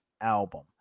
Album